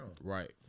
right